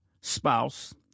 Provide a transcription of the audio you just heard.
spouse